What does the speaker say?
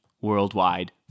Worldwide